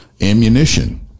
ammunition